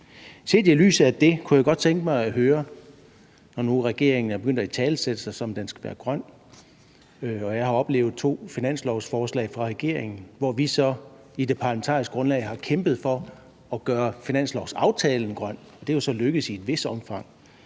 Set i lyset af det kunne jeg godt tænke mig at høre – når nu regeringen er begyndt at italesætte sig, som om den skal være grøn, og jeg har oplevet to finanslovsforslag fra regeringen, hvor vi i det parlamentariske grundlag har kæmpet for at gøre finanslovsaftalen grøn, og det er jo så lykkedes i et vist omfang